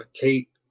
Kate